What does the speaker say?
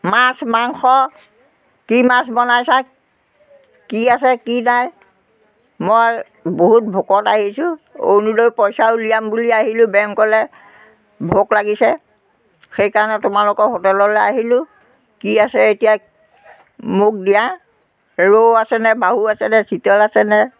মাছ মাংস কি মাছ বনাইছা কি আছে কি নাই মই বহুত ভোকত আহিছোঁ অৰুণোদয় পইচাও উলিয়াম বুলি আহিলোঁ বেংকলৈ ভোক লাগিছে সেইকাৰণে তোমালোকৰ হোটেললৈ আহিলোঁ কি আছে এতিয়া মোক দিয়া ৰৌ আছেনে বাহু আছেনে চিতল আছেনে